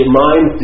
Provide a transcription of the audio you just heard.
mind